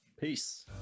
Peace